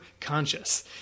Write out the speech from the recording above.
conscious